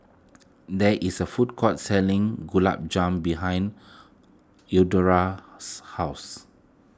there is a food court selling Gulab Jamun behind Eudora's house